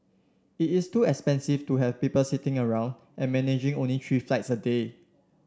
it is too expensive to have people sitting around and managing only three flights a day